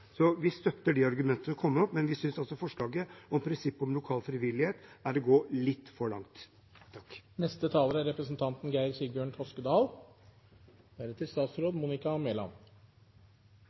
så vi støtter de argumentene som er kommet opp, men vi synes altså forslaget om prinsippet om lokal frivillighet er å gå litt for langt.